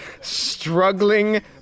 struggling